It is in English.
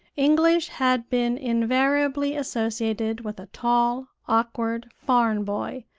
english had been invariably associated with a tall, awkward, foreign boy,